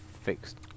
fixed